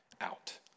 out